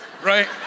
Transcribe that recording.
right